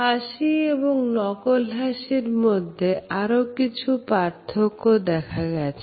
হাসি এবং নকল হাসির মধ্যে আরো কিছু পার্থক্য দেখা গেছে